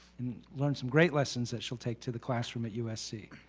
and learn some great lessons that she'll take to the classroom at usc.